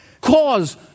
cause